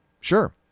Sure